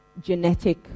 genetic